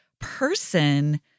person